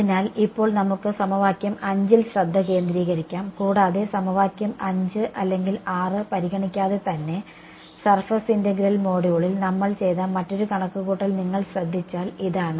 അതിനാൽ ഇപ്പോൾ നമുക്ക് സമവാക്യം 5 ൽ ശ്രദ്ധ കേന്ദ്രീകരിക്കാം കൂടാതെ സമവാക്യം 5 അല്ലെങ്കിൽ 6 പരിഗണിക്കാതെ തന്നെ സർഫസ് ഇന്റഗ്രൽ മൊഡ്യൂളിൽ നമ്മൾ ചെയ്ത മറ്റൊരു കണക്കുകൂട്ടൽ നിങ്ങൾ ശ്രദ്ധിച്ചാൽ ഇതാണ്